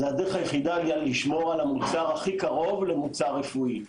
זאת הדרך היחידה לשמור על המוצר הכי קרוב למוצר רפואי.